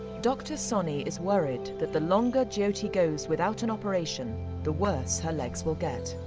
dr soni is worried that the longer jyoti goes without an operation the worse her legs will get.